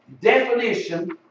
definition